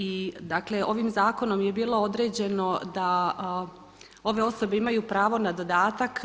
I dakle ovim zakonom je bilo određeno da ove osobe imaju pravo na dodatak.